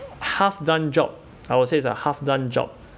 half-done job I would say it's a half-done job